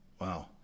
Wow